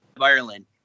Ireland